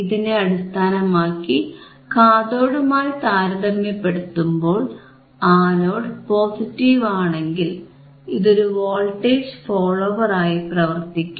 ഇതിനെ അടിസ്ഥാനമാക്കി കാഥോഡുമായി താരതമ്യപ്പെടുത്തുമ്പോൾ ആനോഡ് പോസിറ്റീവാണെങ്കിൽ ഇതൊരു വോൾട്ടേജ് ഫോളോവർ ആയി പ്രവർത്തിക്കും